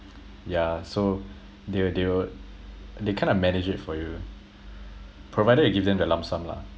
yeah so they will they will they kind of manage it for you provided you give them the lump sum lah